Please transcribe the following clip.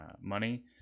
money